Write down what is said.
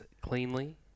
cleanly